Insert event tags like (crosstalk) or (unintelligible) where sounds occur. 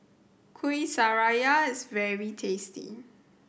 kueh (unintelligible) is very tasty